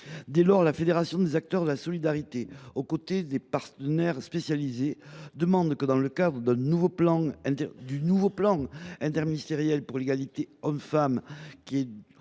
Dès lors, la Fédération des acteurs de la solidarité, aux côtés de ses partenaires spécialisés, demande que, dans le cadre du nouveau plan interministériel pour l’égalité entre les femmes